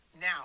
Now